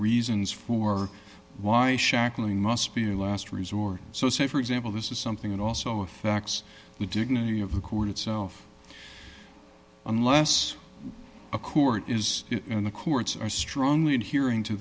reasons for why shackling must be a last resort so say for example this is something that also affects the dignity of the court itself unless a court is in the courts are strongly adhering to